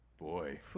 Boy